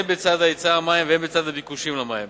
הן בצד היצע המים והן בצד הביקושים למים.